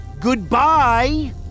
Goodbye